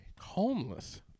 homeless